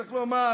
וצריך לומר